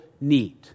need